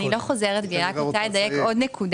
אני לא חוזרת בי, רק רוצה לדייק עוד נקודה.